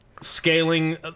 scaling